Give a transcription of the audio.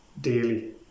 daily